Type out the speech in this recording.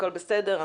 הכול בסדר,